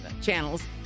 channels